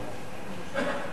נתקבלה.